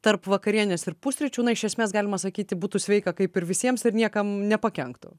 tarp vakarienės ir pusryčių na iš esmės galima sakyti būtų sveika kaip ir visiems ir niekam nepakenktų